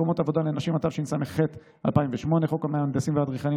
49. חוק הכניסה לישראל,